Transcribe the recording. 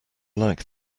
like